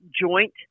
joint